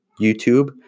YouTube